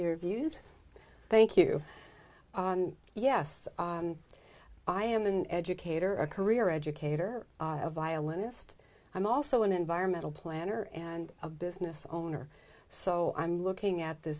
your views thank you yes i am an educator a career educator a violinist i'm also an environmental planner and a business owner so i'm looking at th